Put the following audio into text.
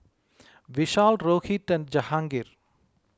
Vishal Rohit and Jahangir